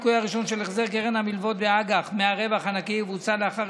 הניכוי הראשון של החזר קרן המלוות והאג"ח מהרווח הנקי יבוצע לאחר